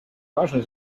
важной